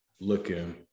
looking